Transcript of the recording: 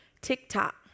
TikTok